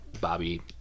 Bobby